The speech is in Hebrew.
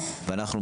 ואנחנו,